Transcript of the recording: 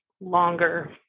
longer